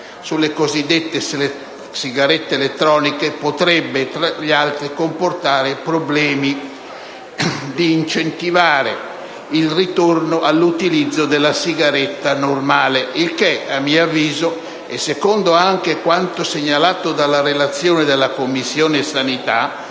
sulle cosiddette sigarette elettroniche potrebbe tra l'altro comportare il problema di incentivare il ritorno all'utilizzo della sigaretta normale. Questo, a mio avviso, e secondo quanto segnalato dalla relazione della Commissione sanità,